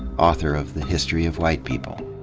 author of the history of white people.